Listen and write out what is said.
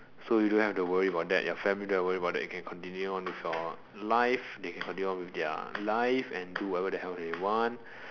so you don't have to worry about that your family don't have to worry about that you can continue on with your life they can continue on with their life and do whatever the hell they want